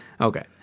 Okay